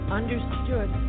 understood